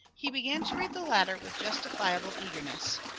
he began to read the latter with justifiable eagerness.